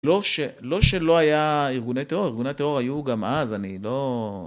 לא ש..לא שלא היה ארגוני טרור, ארגוני טרור היו גם אז, אני לא...